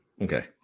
Okay